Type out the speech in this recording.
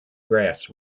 grass